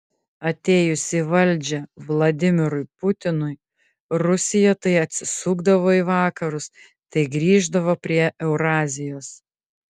atėjus į valdžią vladimirui putinui rusija tai atsisukdavo į vakarus tai grįždavo prie eurazijos